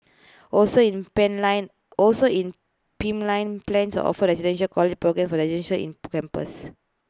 also in pipeline also in pipeline plans are offer the residential college programmes for residences in campus